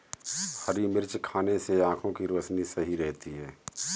हरी मिर्च खाने से आँखों की रोशनी सही रहती है